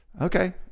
Okay